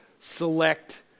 select